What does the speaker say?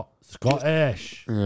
Scottish